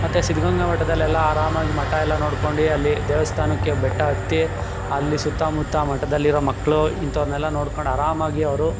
ಮತ್ತು ಸಿದ್ಧಗಂಗಾ ಮಠದಲ್ಲೆಲ್ಲ ಆರಾಮಾಗಿ ಮಠ ಎಲ್ಲ ನೋಡ್ಕೊಂಡು ಅಲ್ಲಿ ದೇವಸ್ಥಾನಕ್ಕೆ ಬೆಟ್ಟ ಹತ್ತಿ ಅಲ್ಲಿ ಸುತ್ತ ಮುತ್ತ ಮಠದಲ್ಲಿರೋ ಮಕ್ಕಳು ಇಂಥವರನ್ನೆಲ್ಲ ನೋಡ್ಕಂಡು ಅರಾಮಾಗಿ ಅವರು